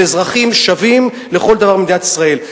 הם אזרחים שווים לכל דבר במדינת ישראל,